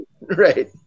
right